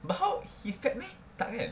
but how he's fat meh tak kan